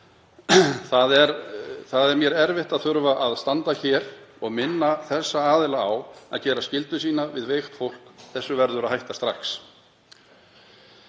Það er mjög erfitt að þurfa að standa hér og minna þessa aðila á að gera skyldu sína við veikt fólk. Þessu verður að hætta strax.